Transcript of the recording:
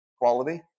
quality